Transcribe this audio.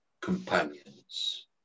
companions